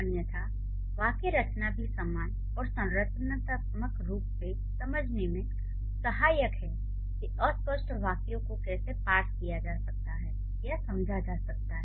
अन्यथा वाक्य रचना भी समान और संरचनात्मक रूप से समझने में सहायक है कि अस्पष्ट वाक्यों को कैसे पार्स किया जा सकता है या समझा जा सकता है